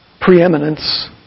preeminence